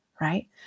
right